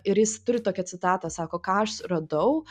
ir jis turi tokią citatą sako ką aš suradau